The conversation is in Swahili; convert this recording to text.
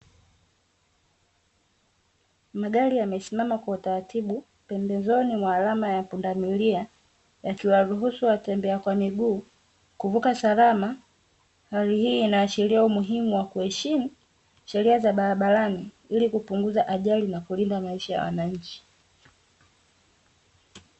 Magari yamesimama kwa utaratibu pembezoni mwa alama ya pundamilia, yakiwaruhusu watembea kwa miguu kuvuka salama. Hali hii inashiria umuhimu wa kuheshimu sheria za barabarani ili kupunguza ajali na kulinda maisha ya wananchi.